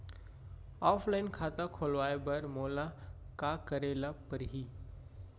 Offline खाता खोलवाय बर मोला का करे ल परही?